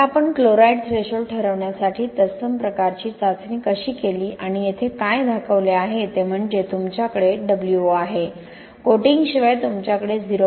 आता आपण chloride threshold ठरवण्यासाठी तत्सम प्रकारची चाचणी कशी केली आणि येथे काय दाखवले आहे ते म्हणजे तुमच्याकडे wo आहे कोटिंगशिवाय तुमच्याकडे 0